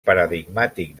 paradigmàtic